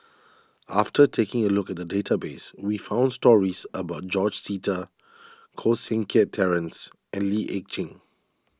after taking a look at the database we found stories about George Sita Koh Seng Kiat Terence and Lee Ek Tieng